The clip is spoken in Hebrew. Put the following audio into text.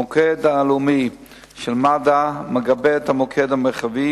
המוקד הלאומי של מגן-דוד-אדום מגבה את המוקד המרחבי,